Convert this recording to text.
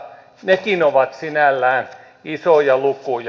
nekin ovat sinällään isoja lukuja